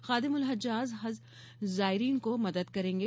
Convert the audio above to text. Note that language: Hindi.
खादिम उल हज्जाज हज ज़ायरीन को मदद करेंगे